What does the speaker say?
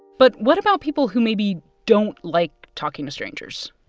but what about people who maybe don't like talking to strangers?